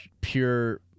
pure